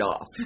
off